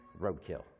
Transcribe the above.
roadkill